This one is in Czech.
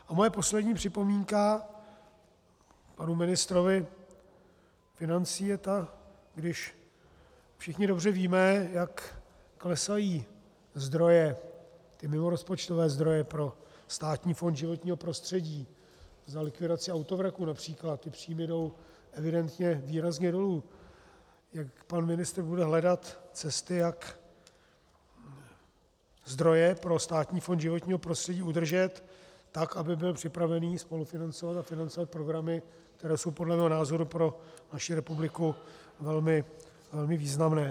A moje poslední připomínka panu ministrovi financí: když všichni dobře víme, jak klesají zdroje, mimorozpočtové zdroje pro Státní fond životního prostředí, za likvidaci autovraků například ty příjmy jdou evidentně výrazně dolů, jak pan ministr bude hledat cestu, jak zdroje pro Státní fond životního prostředí udržet tak, aby byl připravený spolufinancovat a financovat programy, které jsou podle mého názoru pro naši republiku velmi významné.